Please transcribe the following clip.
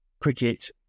cricket